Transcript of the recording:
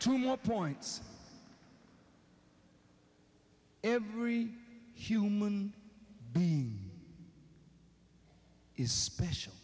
more points every human being is special